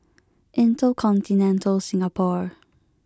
InterContinental Singapore